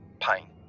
pain